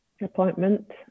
appointment